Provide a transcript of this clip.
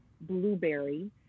blueberry